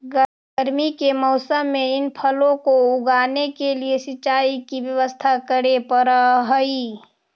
गर्मी के मौसम में इन फलों को उगाने के लिए सिंचाई की व्यवस्था करे पड़अ हई